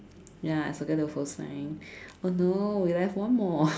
ya I circle the whole sign oh no we're left one more